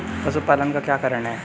पशुपालन का क्या कारण है?